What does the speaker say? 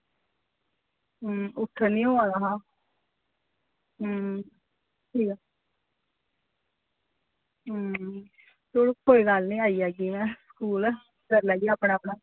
हां उट्ठन नी होआ दा हा हां ठीक ऐ ते कोई गल्ल नी आई जाह्गी में स्कूल करी लैगी अपनां अपनां